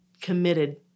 committed